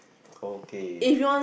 okay